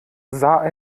sah